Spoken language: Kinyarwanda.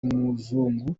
umuzungu